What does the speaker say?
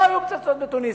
לא היו פצצות בתוניס.